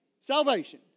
Salvation